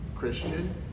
Christian